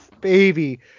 baby